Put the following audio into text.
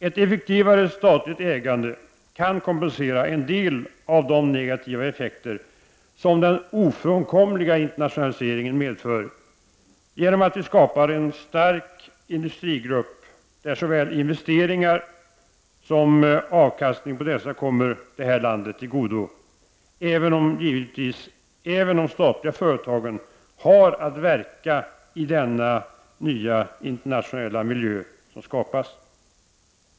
Ett effektivare statligt ägande kan kompensera en del av de negativa effekter som den ofrånkomliga internationaliseringen medför, genom att vi skapar en stark industrigrupp där såväl investeringarna som avkastningen på dessa kommer det här landet till godo, även om de statliga företagen givetvis har att verka i den nya internationella miljö som skapats.